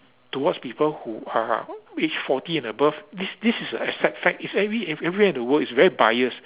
towards people who are aged forty and above this this is a accept fact it's every everywhere in the world it's very bias